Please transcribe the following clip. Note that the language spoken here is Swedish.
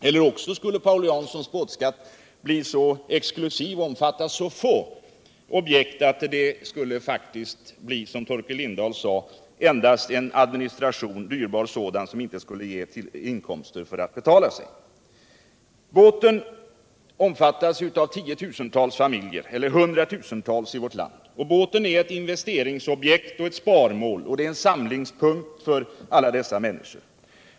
Eller också skulle Paul Janssons båtskatt bli så exklusiv och omfatta så få objekt att det endast skulle medföra, som Torkel Lindahl sade, en dyrbar administration som inte ger sådana inkomster utt det betalar sig för staten. Båtägandet omfattas av kanske hundratusentals familjer i vårt land. Båten är ett investeringsobjekt, ett sparmål och en samlingspunkt för alla dessa människor.